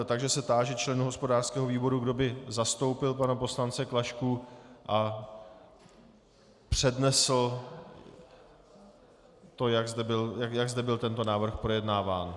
Takže se táži členů hospodářského výboru, kdo by zastoupil pana poslance Klašku a přednesl to, jak zde byl tento návrh projednáván.